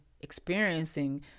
experiencing